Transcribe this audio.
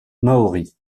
maori